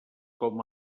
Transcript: com